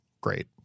great